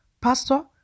pastor